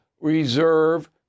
reserve